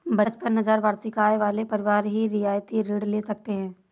पचपन हजार वार्षिक आय वाले परिवार ही रियायती ऋण ले सकते हैं